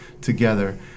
together